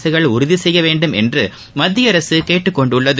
அரசுகள் உறுதி செய்ய வேண்டும் என்று மத்திய அரசு கேட்டுக் கொண்டுள்ளது